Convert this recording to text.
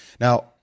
Now